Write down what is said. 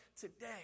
today